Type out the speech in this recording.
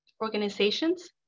organizations